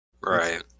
Right